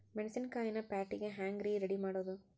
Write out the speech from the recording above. ಮೆಣಸಿನಕಾಯಿನ ಪ್ಯಾಟಿಗೆ ಹ್ಯಾಂಗ್ ರೇ ರೆಡಿಮಾಡೋದು?